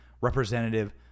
representative